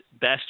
best